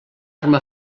arma